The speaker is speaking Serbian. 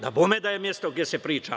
Dabome da je mesto gde se priča.